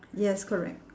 yes correct